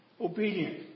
Obedient